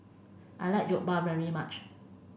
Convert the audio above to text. I like Jokbal very much